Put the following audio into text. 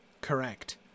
correct